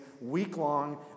week-long